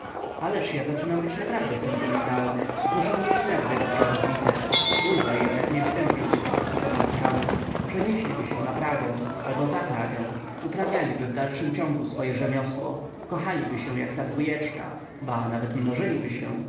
ależ ja zaczynam być naprawdę sentymentalny muszę mieć nerwy dobrze rozbite bulwar jednak nie wytępiłby takich oto mohikanów przenieśliby się na pragę albo za pragę uprawialiby w dalszem ciągu swoje rzemiosło kochaliby się jak ta dwójeczka ba nawet mnożyliby się